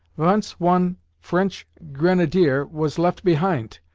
vonce one french grenadier was left behint,